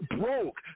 broke